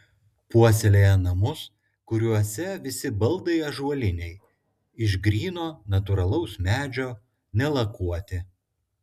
puoselėja namus kuriuose visi baldai ąžuoliniai iš gryno natūralaus medžio nelakuoti